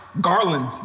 Garland